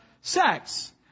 sex